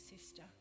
sister